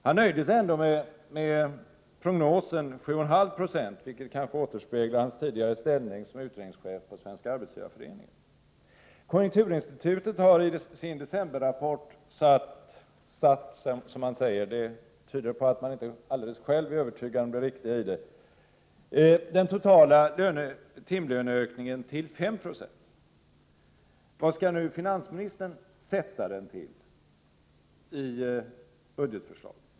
Han nöjde sig ändå med prognosen 7,5 96, vilket kanske återspeglar hans tidigare ställning som utredningschef inom Svenska arbetsgivareföreningen. Konjunkturinstitutet har i sin decemberrapport satt, som man säger — det tyder på att man inte själv är helt övertygad om det riktiga i prognosen — den totala timlöneökningen till 5 96. Vad skall nu finansministern ”sätta” timlöneökningen till i budgetförslaget?